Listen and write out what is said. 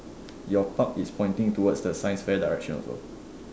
your park is pointing towards the science fair direction also